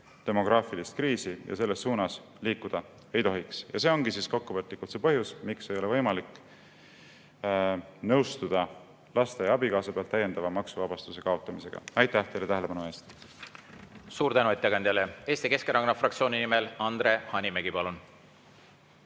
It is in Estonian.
demograafilist kriisi. Selles suunas liikuda ei tohiks. See ongi kokkuvõtlikult see põhjus, miks ei ole võimalik nõustuda laste ja abikaasa pealt täiendava maksuvabastuse kaotamisega. Aitäh tähelepanu eest! Suur tänu ettekandjale! Eesti Keskerakonna fraktsiooni nimel Andre Hanimägi, palun!